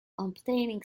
obtaining